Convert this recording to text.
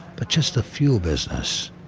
but just the fuel business.